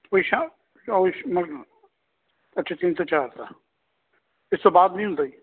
ਓ ਅੱਛਾ ਅੱਛਾ ਤਿੰਨ ਤੋਂ ਚਾਰ ਦਾ ਇਸ ਤੋਂ ਬਾਅਦ ਨਹੀਂ ਹੁੰਦਾ ਜੀ